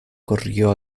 corrió